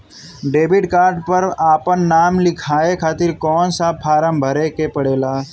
Debit card पर आपन नाम लिखाये खातिर कौन सा फारम भरे के पड़ेला?